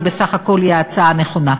אבל בסך הכול היא ההצעה הנכונה.